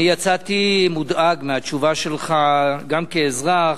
אני יצאתי מודאג מהתשובה שלך, גם כאזרח,